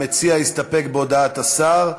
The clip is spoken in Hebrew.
המציע הסתפק בהודעת השר.